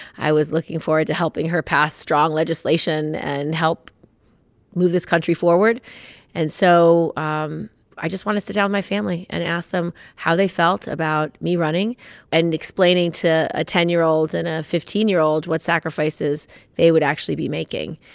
i was looking forward to helping her pass strong legislation and help move this country forward and so um i just wanted to sit down with my family and ask them how they felt about me running and explaining to a ten year old and a fifteen year old what sacrifices they would actually be making.